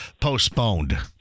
postponed